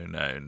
no